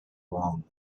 wrong